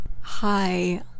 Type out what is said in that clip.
hi